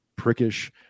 prickish